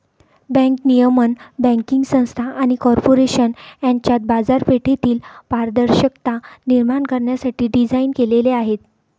bank नियमन banking संस्था आणि कॉर्पोरेशन यांच्यात बाजारपेठेतील पारदर्शकता निर्माण करण्यासाठी डिझाइन केलेले आहे